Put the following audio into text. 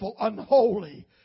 unholy